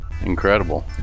incredible